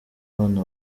bana